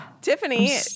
Tiffany